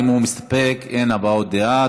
אם הוא מסתפק, אין הבעות דעה.